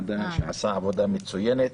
שעשה עבודה מצוינת.